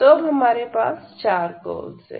तो अब हमारे पास चार कर्वस है